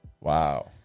Wow